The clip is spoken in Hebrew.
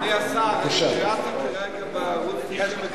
אדוני השר, ביררתי כרגע בערוץ-99,